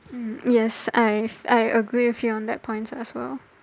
mm yes I've I agree with you on that points as well